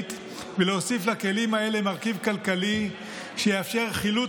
החקלאית ולהוסיף לכלים האלה מרכיב כלכלי שיאפשר חילוט